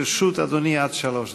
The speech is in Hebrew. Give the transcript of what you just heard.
לרשות אדוני עד שלוש דקות.